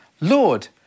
Lord